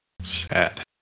Sad